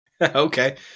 Okay